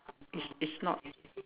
it's it's not